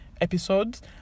Episodes